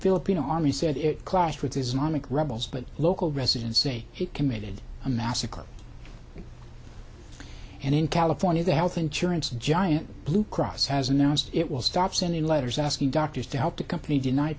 filipino army said it clashed with does not make rebels but local residents say he committed a massacre and in california the health insurance giant blue cross has announced it will stop sending letters asking doctors to help the company deny